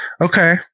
Okay